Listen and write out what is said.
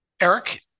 Eric